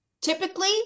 typically